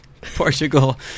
Portugal